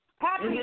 Happy